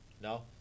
no